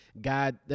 God